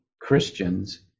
Christians